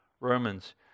Romans